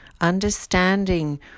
understanding